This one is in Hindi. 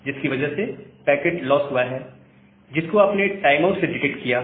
जिसकी वजह से पैकेट लॉस हुआ है जिसको आपने टाइम आउट से डिटेक्ट किया है